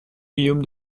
guillaume